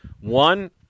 One